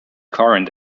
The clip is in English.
current